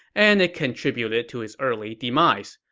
and it contributed to his early demise.